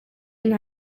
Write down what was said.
nta